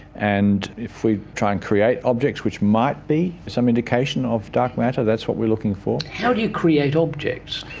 and if we try and create objects which might be some indication of dark matter, that's what we're looking for. how do you create objects?